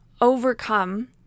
overcome